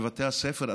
בבתי הספר,